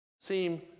seem